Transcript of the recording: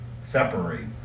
separate